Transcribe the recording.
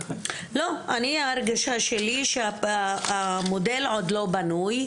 אני ההרגשה שלי שהמודל עוד לא בנוי,